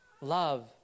love